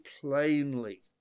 plainly